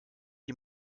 die